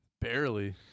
Barely